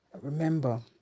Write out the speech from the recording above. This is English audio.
remember